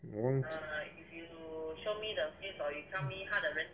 won't